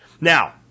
Now